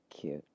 Cute